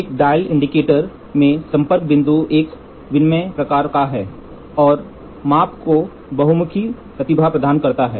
एक dial indicator में संपर्क बिंदु एक विनिमेय प्रकार का है और माप को बहुमुखी प्रतिभा प्रदान करता है